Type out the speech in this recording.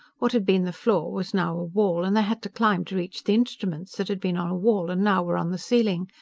what had been the floor was now a wall, and they had to climb to reach the instruments that had been on a wall and now were on the ceiling.